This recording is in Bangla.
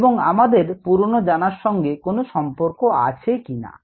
এবং আমাদের পুরানো জানার সঙ্গে কোনো সম্পর্ক আছে কিনা